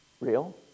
Real